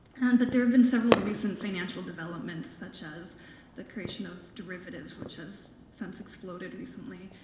and but there have been several recent financial developments such as the creation of derivatives, which has since exploded recently,